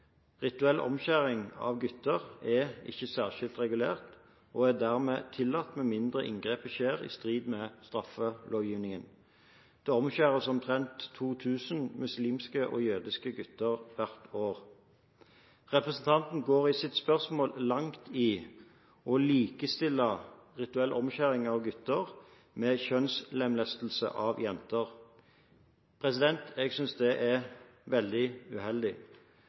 Rituell omskjæring av gutter er ikke særskilt regulert, og er dermed tillatt med mindre inngrepet skjer i strid med straffelovgivningen. Det omskjæres omtrent 2 000 muslimske og jødiske gutter hvert år. Representanten går i sitt spørsmål langt i å likestille rituell omskjæring av gutter med kjønnslemlestelse av jenter. Jeg synes det er veldig uheldig.